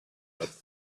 but